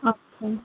আচ্ছা